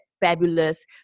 fabulous